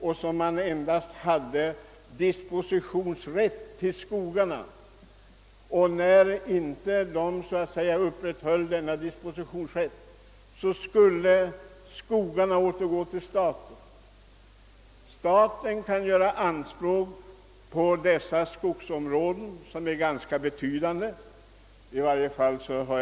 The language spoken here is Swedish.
De enskilda ägarna har endast haft dispositionsrätt till dessa skogar, vilka så snart denna rätt inte längre utnyttjades skulle återgå till staten. Staten kan följaktligen göra anspråk på ganska betydande skogsområden i Norrland.